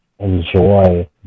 enjoy